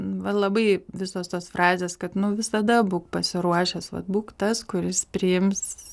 va labai visos tos frazės kad nu visada būk pasiruošęs vat būk tas kuris priims